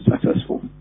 successful